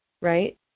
right